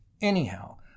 anyhow